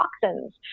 toxins